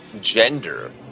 gender